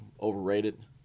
overrated